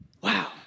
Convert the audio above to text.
Wow